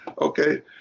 Okay